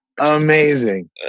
amazing